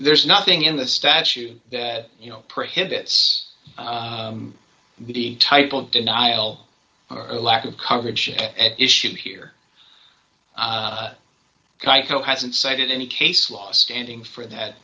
there's nothing in the statute that you know prohibits the type of denial or lack of coverage at issue here kai co hasn't cited any case law standing for that